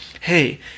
hey